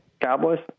Cowboys